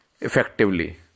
effectively